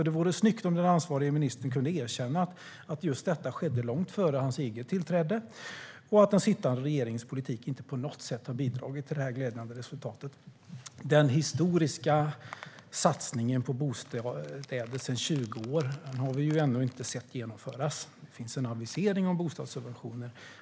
Det vore snyggt om den ansvarige ministern kunde erkänna att just detta skedde långt före hans eget tillträde och att den sittande regeringens politik inte på något sätt har bidragit till detta glädjande resultat. Den historiska satsningen på bostäder sedan 20 år har vi ännu inte sett genomföras. Det finns en avisering om bostadssubventioner.